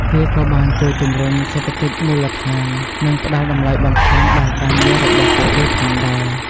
វាក៏បានជួយជំរុញសេដ្ឋកិច្ចមូលដ្ឋាន និងផ្តល់តម្លៃបន្ថែមដល់ការងាររបស់ពួកគេផងដែរ។